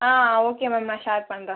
ஆ okay ma'am நான் share பண்ணுறேன்